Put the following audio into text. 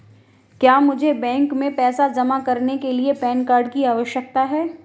क्या मुझे बैंक में पैसा जमा करने के लिए पैन कार्ड की आवश्यकता है?